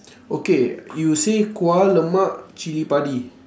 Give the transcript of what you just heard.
okay you say kuah lemak cili padi